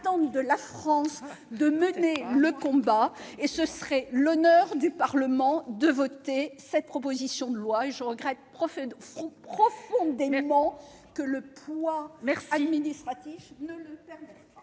de la France qu'elle mène ce combat. Ce serait l'honneur du Parlement de voter cette proposition de loi, et je regrette profondément que le poids administratif ne le permette pas.